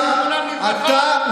אבל אתה,